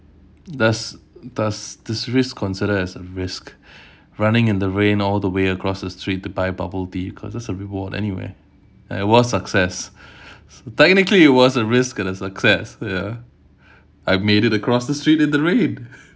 does does this risk considered as a risk running in the rain all the way across the street to buy bubble tea cause that's a reward anyway and it was success technically it was a risk and a success ya I've made it across the street in the rain